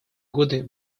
годы